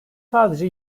sadece